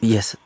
Yes